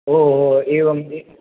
ओ ओ एवम्